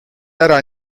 ära